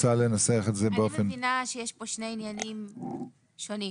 אני מבינה שיש פה שני עניינים שונים.